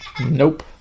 Nope